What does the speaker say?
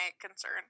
concern